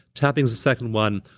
tapping's the second one.